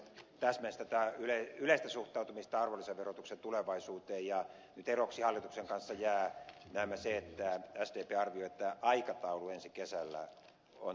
urpilainen täsmensi tätä yleistä suhtautumista arvonlisäverotuksen tulevaisuuteen ja nyt eroksi hallituksen kanssa jää näemmä se että sdp arvioi että aikataulu ensi kesällä on todennäköisesti väärä